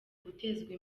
gutezwa